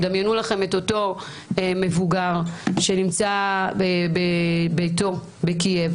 דמיינו לכם את אותו מבוגר שנמצא בביתו בקייב